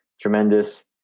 tremendous